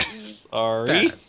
sorry